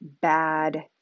bad